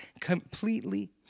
completely